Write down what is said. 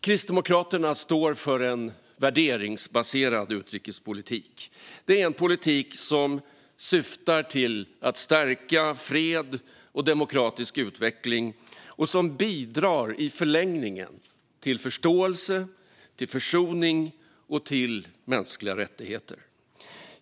Kristdemokraterna står för en värderingsbaserad utrikespolitik. Det är en politik som syftar till att stärka fred och demokratisk utveckling och som i förlängningen bidrar till förståelse, försoning och mänskliga rättigheter.